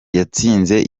yatsinze